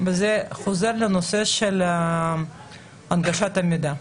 חוזרות לנושא הנגשת המידע.